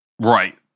Right